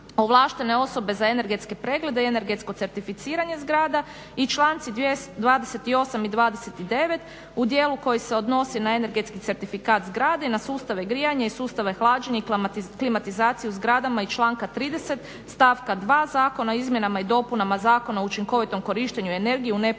ovlaštene osobe za energetske preglede i energetsko certificiranje zgradama i članci 28. i 29. u dijelu koji se odnosi na energetski certifikat zgrade i na sustave grijanja i sustave hlađenja i klimatizaciju u zgrada i članka 30., stavka 2. Zakona o izmjenama i dopunama Zakona o učinkovitom korištenju energije u neposrednoj